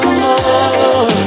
more